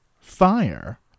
fire